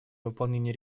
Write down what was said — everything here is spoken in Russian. выполнение